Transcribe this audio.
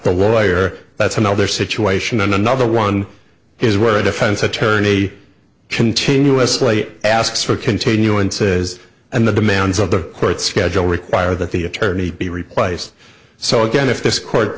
a lawyer that's another situation than another one is where a defense attorney continuously asks for continuance is and the demands of the court schedule require that the attorney be replaced so again if this court